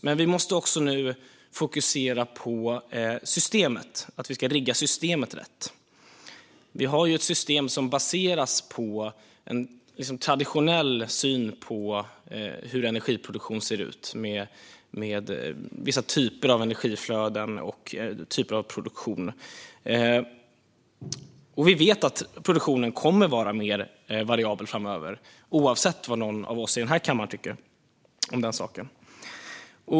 Men vi måste också nu fokusera på att vi ska rigga systemet rätt. Vi har ett system som baseras på en traditionell syn på hur energiproduktion ser ut med vissa typer av energiflöden och produktion. Vi vet att produktionen kommer att vara mer variabel framöver, oavsett vad någon av oss i den här kammaren tycker om den saken.